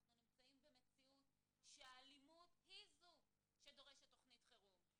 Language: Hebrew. אנחנו נמצאים במציאות שהאלימות היא זו שדורשת תוכנית חירום.